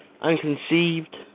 unconceived